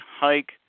hike